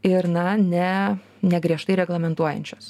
ir na ne negriežtai reglamentuojančios